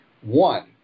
one